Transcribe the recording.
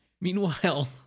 Meanwhile